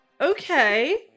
okay